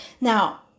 Now